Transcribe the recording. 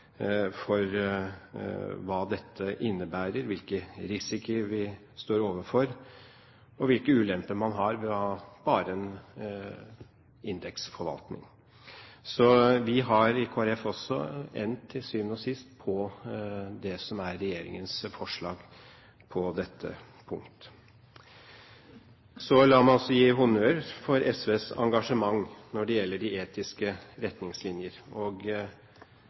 hva dette innebærer, hvilke risikoer vi står overfor og hvilke ulemper man har ved å ha bare en indeksforvaltning. I Kristelig Folkeparti har vi også til syvende og sist endt på det som er regjeringens forslag på dette punkt. La meg også gi honnør for SVs engasjement når det gjelder de etiske retningslinjer. Det er et engasjement som tidlig var også i Kristelig Folkeparti, og